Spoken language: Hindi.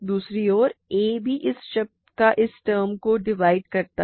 दूसरी ओर a भी इस शब्द को इस टर्म को डिवाइड करता है